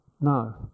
no